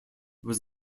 was